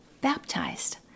Baptized